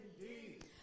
indeed